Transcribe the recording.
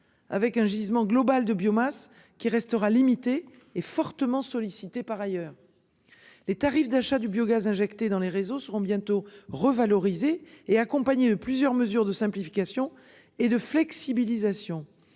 Avec un gisement globale de biomasse qui restera limitée est fortement sollicité par ailleurs. Les tarifs d'achats du biogaz injecté dans les réseaux seront bientôt revaloriser et accompagné de plusieurs mesures de simplification et de flexibilisation